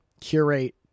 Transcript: curate